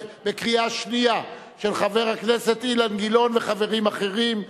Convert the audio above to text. של חבר הכנסת אילן גילאון וחברים אחרים,